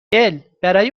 البرای